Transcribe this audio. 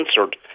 answered